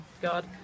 God